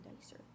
Dicer